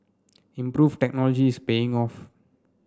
improved technology is paying off